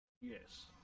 Yes